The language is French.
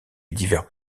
divers